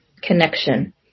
connection